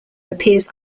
appears